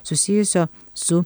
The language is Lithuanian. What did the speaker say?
susijusio su